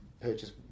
purchase